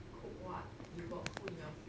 cook what you got food in your fridge